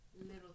little